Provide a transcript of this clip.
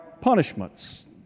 punishments